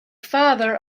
father